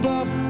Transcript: up